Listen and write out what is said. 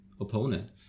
opponent